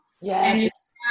yes